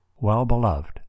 well-beloved